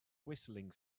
whistling